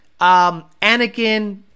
Anakin